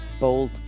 bold